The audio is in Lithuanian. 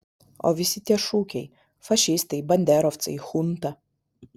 o visi tie šūkiai fašistai banderovcai chunta